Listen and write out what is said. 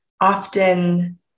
Often